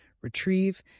retrieve